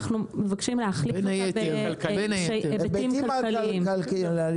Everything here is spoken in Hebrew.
אנחנו מבקשים להחליף אותה בהיבטים כלכליים.